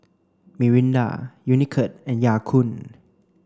Mirinda Unicurd and Ya Kun